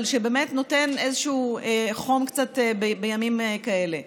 אבל שבאמת נותן קצת חום בימים כאלה.